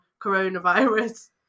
coronavirus